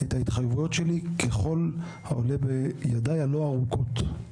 את ההתחייבויות שלי, ככל העולה בידיי הלא ארוכות.